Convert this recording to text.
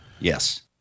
Yes